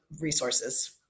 resources